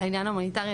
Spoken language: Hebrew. לעניין ההומניטרי,